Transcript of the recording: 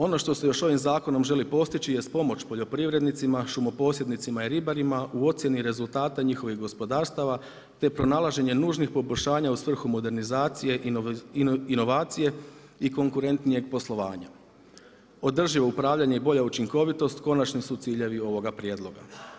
Ono što se još ovim zakonom želi postići jest pomoć poljoprivrednicima, šumoposjednicima i ribarima u ocjeni rezultata njihovih gospodarstava te pronalaženje nužnih poboljšanja u svrhu modernizacije, inovacije i konkurentnijeg poslovanja, održivo upravljanje i bolja učinkovitost konačni su ciljevi ovoga prijedloga.